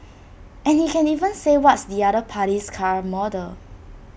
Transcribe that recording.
and he can even say what's the other party's car model